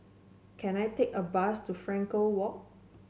can I take a bus to Frankel Walk